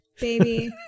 baby